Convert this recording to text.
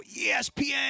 ESPN